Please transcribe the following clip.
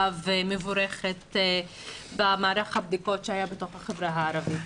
מאוד ומבורכת במערך הבדיקות שהיה בתוך החברה הערבית.